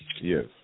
yes